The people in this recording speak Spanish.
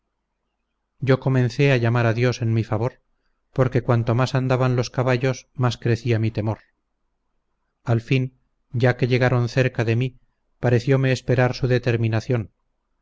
yo comencé a llamar a dios en mi favor porque cuanto más andaban los caballos más crecía mi temor al fin ya que llegaron cerca de mí pareciome esperar su determinación